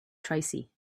tracy